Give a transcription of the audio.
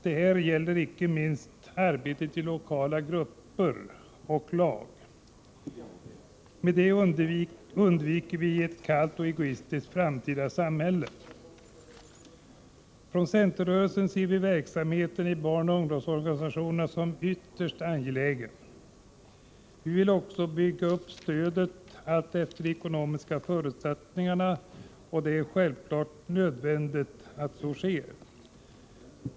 Det gäller inte minst arbetet i lokala grupper och lag. Med detta undviker vi ett kallt och egoistiskt framtida samhälle. Från centerrörelsen ser vi verksamheten i barnoch ungdomsorganisationerna som ytterst angelägen. Vi vill också bygga ut stödet, alltefter de ekonomiska förutsättningarna. Det är självfallet nödvändigt att så sker.